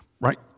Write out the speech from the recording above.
right